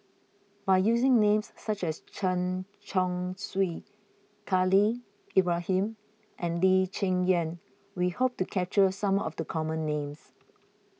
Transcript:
by using names such as Chen Chong Swee Khalil Ibrahim and Lee Cheng Yan we hope to capture some of the common names